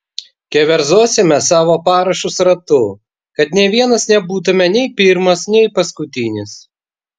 keverzosime savo parašus ratu kad nė vienas nebūtume nei pirmas nei paskutinis